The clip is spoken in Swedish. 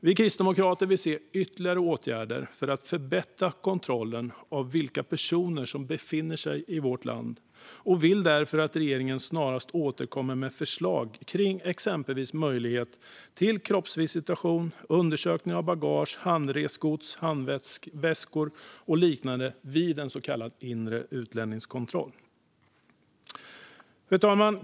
Vi kristdemokrater vill se ytterligare åtgärder för att förbättra kontrollen av vilka personer som befinner sig i vårt land och vill därför att regeringen snarast återkommer med förslag om exempelvis möjlighet till kroppsvisitation och undersökning av bagage, handresgods, handväskor och liknande vid en så kallad inre utlänningskontroll. Fru talman!